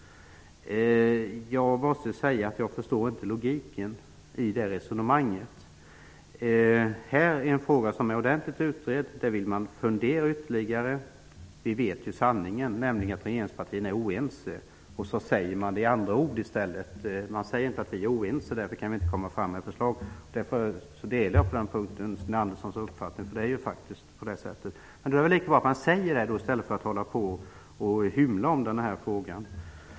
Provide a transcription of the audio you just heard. Jag förstår inte logiken i det resonemanget. Här har vi en fråga som är ordentligt utredd. Då vill man fundera ytterligare. Vi vet sanningen, nämligen att regeringspartierna är oense. Det säger man med andra ord. Man säger inte: Vi är oense, därför kan vi inte komma med något förslag. På denna punkt delar jag den uppfattning som Sten Andersson i Malmö har uttryckt. Det är väl lika bra att man säger som det är i stället för att hymla om denna fråga.